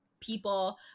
people